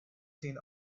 seen